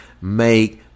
Make